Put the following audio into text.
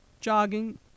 jogging